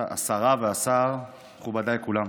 השרה והשר, מכובדיי כולם,